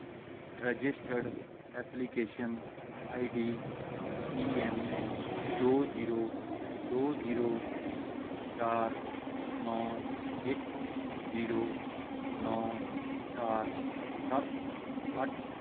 registered application I D P M ਦੋ zero ਦੋ zero ਚਾਰ ਨੌ ਇੱਕ ਜੀਰੋ ਨੌ ਚਾਰ ਸੱਤ ਅੱਠ